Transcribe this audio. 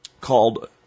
called